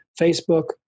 Facebook